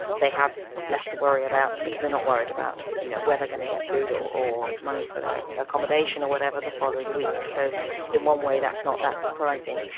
they have less to worry about because they are not worried about you know where they are going to get food or or money for their accommodation or whatever the following week. so in one way that is not that surprising.